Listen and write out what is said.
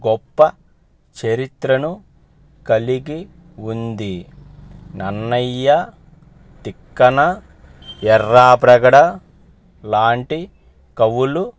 గొప్ప చరిత్రను కలిగి ఉంది నన్నయ్య తిక్కన్న ఎర్రాప్రగడ లాంటి కవులు